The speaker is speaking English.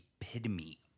epitome